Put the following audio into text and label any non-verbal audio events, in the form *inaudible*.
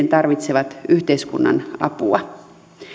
*unintelligible* tarvitsevat yhteiskunnan apua